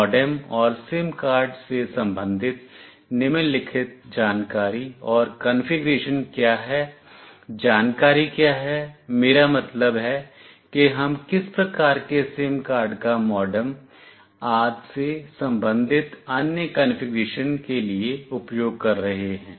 modem और sim card से संबंधित निम्नलिखित जानकारी और कॉन्फ़िगरेशन क्या हैं जानकारी क्या है मेरा मतलब है कि हम किस प्रकार के सिम कार्ड का MODEM आदि से संबंधित अन्य कॉन्फ़िगरेशन के लिए उपयोग कर रहे हैं